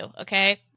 Okay